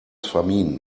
vermieden